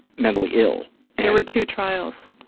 mentally ill and there were two trials.